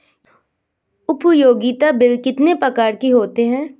उपयोगिता बिल कितने प्रकार के होते हैं?